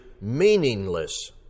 meaningless